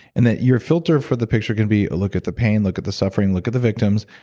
and that your filter for the picture can be look at the pain, look at the suffering, look at the victims,